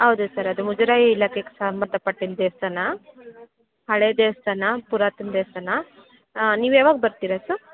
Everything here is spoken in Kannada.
ಹೌದು ಸರ್ ಅದು ಮುಜರಾಯಿ ಇಲಾಖೆಗೆ ಸಂಬಂದಪಟ್ಟಿದ ದೇವಸ್ಥಾನ ಹಳೇ ದೇವಸ್ಥಾನ ಪುರಾತನ ದೇವಸ್ಥಾನ ನೀವು ಯಾವಾಗ ಬರ್ತೀರಿ ಸರ್